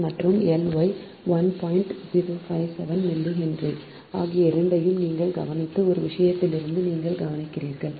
057 millihenry ஆகிய இரண்டையும் நீங்கள் கவனித்த ஒரு விஷயத்திலிருந்து நீங்கள் கவனித்திருக்கிறீர்கள்